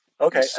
Okay